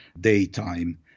daytime